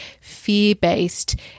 fear-based